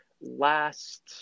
last